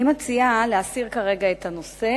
אני מציעה להסיר כרגע את הנושא.